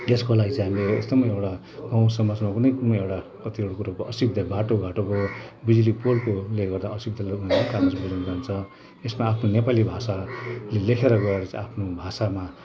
यसको लागि चाहिँ हामी यस्तो एउटा गाउँ समाजमा कुनैको एउटा कतिवटा कुराको असुविधा बाटो घाटोको बिजुली पोलको ले गर्दा असुविधा लु हामी कागज बझाउनु जान्छ यसमा आफ्नो नेपाली भाषाले लेखेर गएर चाहिँ आफ्नो भाषामा